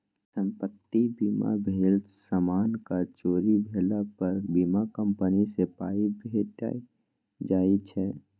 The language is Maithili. संपत्ति बीमा भेल समानक चोरी भेला पर बीमा कंपनी सँ पाइ भेटि जाइ छै